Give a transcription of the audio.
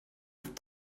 that